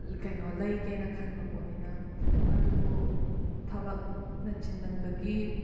ꯀꯩꯅꯣ ꯂꯩꯒꯦꯅ ꯈꯟꯕ ꯄꯣꯠꯅꯤꯅ ꯑꯗꯨꯕꯨ ꯊꯕꯛꯅ ꯆꯤꯟꯃꯟꯕꯒꯤ